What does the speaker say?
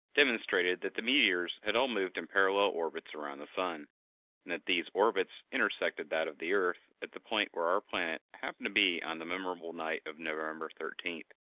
demonstrated that the meteors had all moved in parallel orbits around the sun, and that these orbits intersected that of the earth at the point where our planet happened to be on the memorable night of november thirteenth.